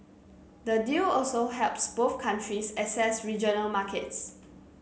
the deal also helps both countries access regional markets